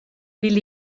will